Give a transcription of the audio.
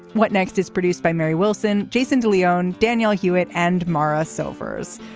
what next is produced by mary wilson? jason de leon, danielle hewitt and mara silvers.